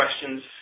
questions